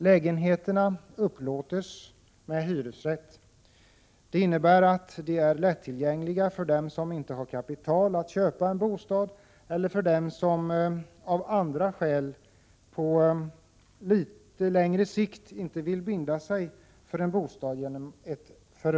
Lägenheterna upplåts med hyresrätt. Det innebär att de är lättillgängliga för dem som inte har kapital att köpa en bostad eller för dem som av andra skäl på litet längre sikt inte vill binda sig för en bostad genom ett förvärv. 21 Prot.